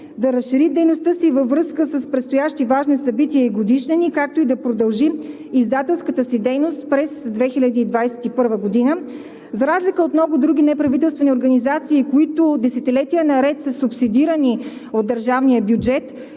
да разшири дейността си във връзка с предстоящи важни събития и годишнини, както и да продължи издателската си дейност през 2021 г. За разлика от много други неправителствени организации, които десетилетия наред са субсидирани от държавния бюджет,